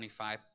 25